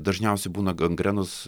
dažniausiai būna gangrenos